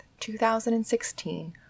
2016